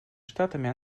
штатами